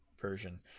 version